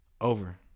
Over